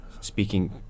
speaking